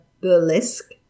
burlesque